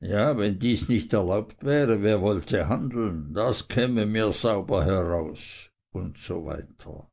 ja wenn dies nicht erlaubt wäre wer wollte handeln das käme mir sauber heraus usw